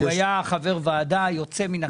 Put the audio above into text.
הוא היה חבר ועדה יוצא מן הכלל,